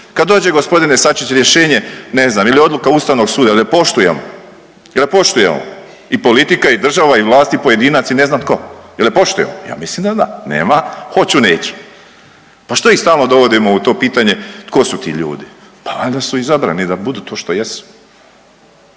Kad dođe g. Sačić rješenje ne znam ili odluka Ustavnog suda jel poštujemo, jel je poštujemo i politika i država i vlast i pojedinac i ne znam tko jel je poštujemo? Ja mislim da da, nema hoću neću. Pa što ih stalno dovodimo u to pitanje tko su ti ljudi, pa valjda su izabrani da budu to što jesu.